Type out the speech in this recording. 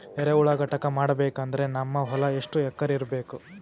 ಎರೆಹುಳ ಘಟಕ ಮಾಡಬೇಕಂದ್ರೆ ನಮ್ಮ ಹೊಲ ಎಷ್ಟು ಎಕರ್ ಇರಬೇಕು?